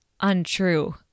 untrue